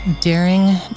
Daring